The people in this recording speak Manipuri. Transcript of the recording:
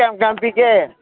ꯀꯌꯥꯝ ꯀꯌꯥꯝ ꯄꯤꯒꯦ